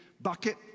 bucket